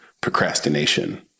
procrastination